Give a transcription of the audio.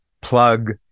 plug